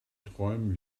träumen